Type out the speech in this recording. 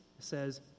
says